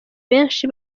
benshi